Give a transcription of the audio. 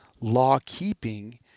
law-keeping